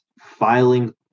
filing